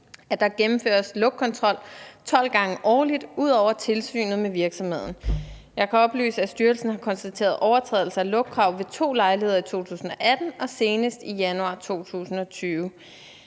at der gennemføres lugtkontrol 12 gange årligt, ud over tilsynet med virksomheden. Jeg kan oplyse, at styrelsen har konstateret overtrædelse af lugtkrav ved to lejligheder i 2018 og senest i januar 2020.